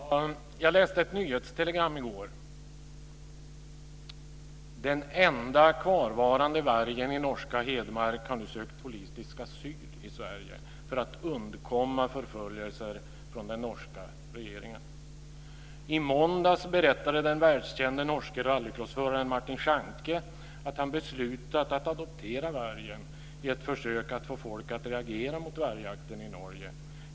Fru talman! Jag läste i ett nyhetstelegram i går: "Den enda kvarvarande vargen i norska Hedmark har nu sökt politisk asyl i Sverige för att undkomma förföljelser från den norska regeringen. I måndags berättade den världskände norske rallycrossföraren Martin Schanke att han beslutat att adoptera vargen i ett försök att få folk att reagera mot vargjakten i Norge.